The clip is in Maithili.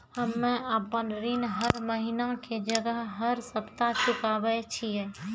हम्मे आपन ऋण हर महीना के जगह हर सप्ताह चुकाबै छिये